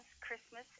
Christmas